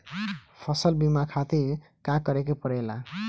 फसल बीमा खातिर का करे के पड़ेला?